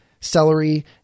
celery